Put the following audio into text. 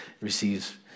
receives